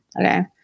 Okay